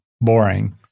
boring